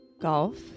golf